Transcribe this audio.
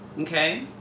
okay